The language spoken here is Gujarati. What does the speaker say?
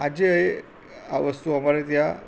આજે આ વસ્તુ અમારે ત્યાં